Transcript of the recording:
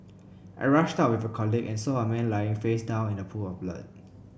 I rushed out with a colleague and saw a man lying face down in a pool of blood